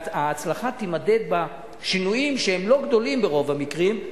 וההצלחה תימדד בשינויים שהם לא גדולים ברוב המקרים,